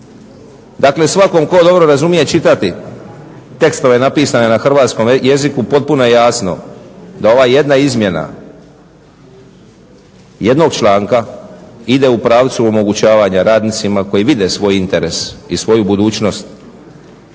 Dakle, svakom tko dobro razumije čitati tekstove napisane na hrvatskome jeziku potpuno je jasno da ova jedna izmjena jednog članka ide u pravcu omogućavanja radnicima koji vide svoj interes i svoju budućnost